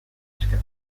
eskatzen